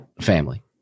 family